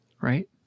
Right